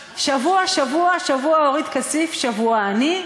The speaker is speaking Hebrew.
שבוע-שבוע, שבוע אורית כסיף, שבוע אני.